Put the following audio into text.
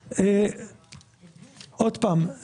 המחשה של החיסכון: עוד פעם,